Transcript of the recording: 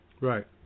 Right